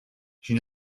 she